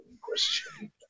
question